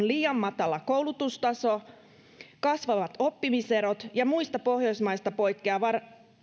liian matala koulutustaso kasvavat oppimiserot ja muista pohjoismaista poikkeava